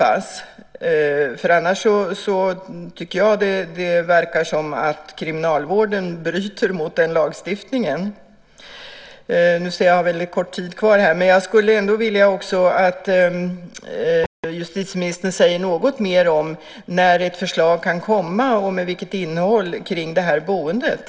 Annars verkar det som att kriminalvården bryter mot den lagstiftningen. Jag skulle vilja att justitieministern säger något mer om när ett förslag kan komma och med vilket innehåll om boendet.